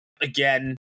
again